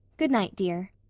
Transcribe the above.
good night, dear.